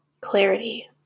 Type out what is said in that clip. Clarity